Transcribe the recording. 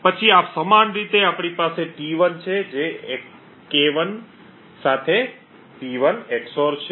પછી સમાન રીતે આપણી પાસે T1 છે જે K1 સાથે P1 XOR છે